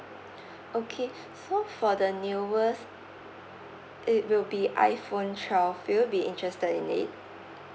okay so for the newest it will be iPhone twelve will you be interested in it